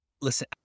listen